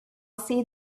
see